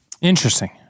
Interesting